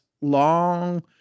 long